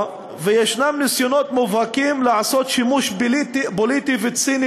וישנם ניסיונות מובהקים לעשות שימוש פוליטי וציני